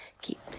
keep